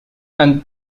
and